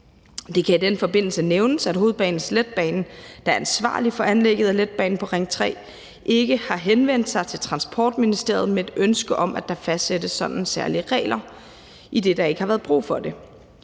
Det kan i den forbindelse nævnes, at Hovedstadens Letbane, der er ansvarlig for anlægget af letbanen på Ring 3, ikke har henvendt sig til Transportministeriet med et ønske om, at der fastsættes sådanne særlige regler, idet der ikke har været brug for det.